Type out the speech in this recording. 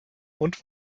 und